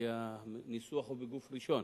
כי הניסוח הוא בגוף ראשון.